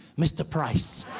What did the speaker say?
mr. price.